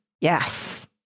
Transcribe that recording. Yes